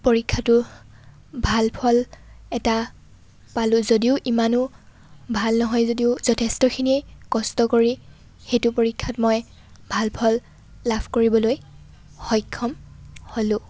পৰীক্ষাটো ভাল ফল এটা পালোঁ যদিও ইমানো ভাল নহয় যদিও যথেষ্টখিনিয়ে কষ্ট কৰি সেইটো পৰীক্ষাত মই ভাল ফল লাভ কৰিবলৈ সক্ষম হ'লোঁ